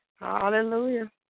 Hallelujah